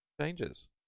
changes